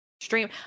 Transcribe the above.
stream